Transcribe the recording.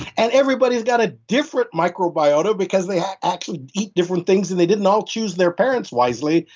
and everybody's got a different microbiota because they actually eat different things and they didn't all choose their parents wisely.